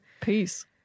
peace